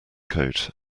coat